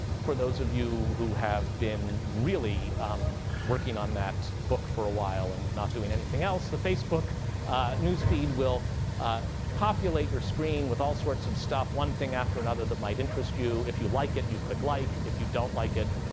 for those of you who have been really um working on that book for a while and not doing anything else the facebook news feed will populate your screen with all sorts of stuff. one thing after another that might interest you. if you like it, you click like. if you don't like it,